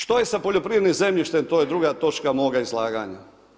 Što je sa poljoprivrednim zemljištem to je druga točka moga izlaganja.